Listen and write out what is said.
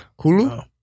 Hulu